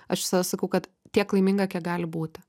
aš sakau kad tiek laiminga kiek gali būti